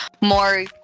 more